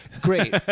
great